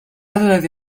الذي